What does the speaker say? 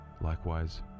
Likewise